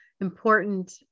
important